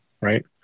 right